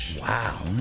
Wow